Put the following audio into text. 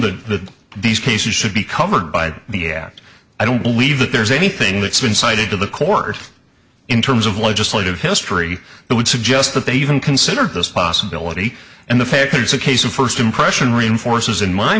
that the these cases should be covered by the act i don't believe that there's anything that's been cited to the court in terms of legislative history that would suggest that they even consider this possibility and the fact that it's a case of first impression reinforces in my